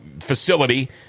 facility